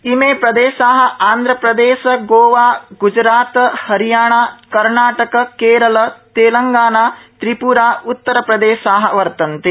इमे प्रदेशा आंध प्रदेश गोवा ग्जरात हरियाणा कर्नाटक केरल तेलंगाना त्रिप्रा उत्तर प्रदेश वर्तन्ते